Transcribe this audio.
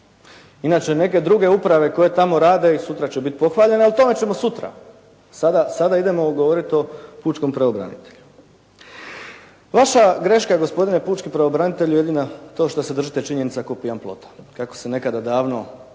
Inače neke druge uprave koje tamo rade i sutra će biti pohvaljene, ali o tome ćemo sutra. Sada, sada idemo govoriti o pučkom pravobranitelju. Vaša greška je gospodine pučki pravobranitelju jedina to što se držite činjenica kao pijan plota, kako se nekada davno jedna